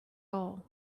all